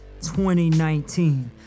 2019